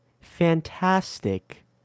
fantastic